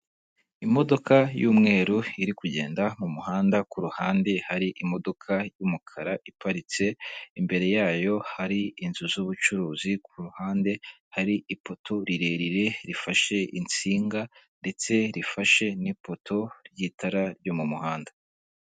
Imodoka y'umweru iri kugenda mumuhanda kuruhande hari imodoka y'umukara iparitse, imbere yayo hari inzu z'ubucuruzi kuruhande hari ipoto rirerire rifashe insinga ndetse rifashe n'ipoto ry'itara ryo mumuhanda.